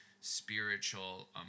spiritual